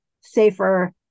safer